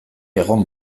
egon